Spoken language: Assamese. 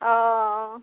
অ'